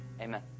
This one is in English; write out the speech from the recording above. Amen